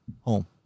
home